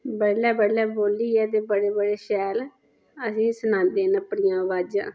बडलै बडलै बोलियै ते बडे़ बडे़ शैल असेंगी सनांदे न अपनियां बाजां